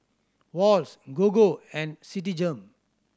Wall's Gogo and Citigem